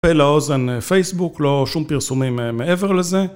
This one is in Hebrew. פה לאוזן פייסבוק, לא שום פרסומים מעבר לזה.